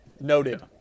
noted